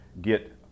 get